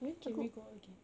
when can we go out again